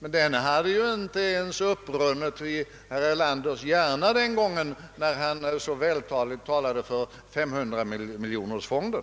Men den hade ju inte ens upprunnit i herr Erlanders hjärna, när han så vältaligt talade för 500-miljonerkronorsfonden.